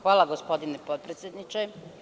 Hvala gospodine potpredsedniče.